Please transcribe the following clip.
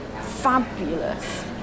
fabulous